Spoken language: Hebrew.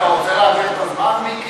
אתה רוצה להעביר את הזמן, מיקי?